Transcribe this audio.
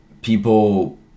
People